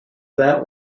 that